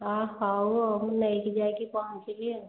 ହଁ ହଉ ଆଉ ମୁଁ ନେଇକି ଯାଇକି ପହଞ୍ଚିବି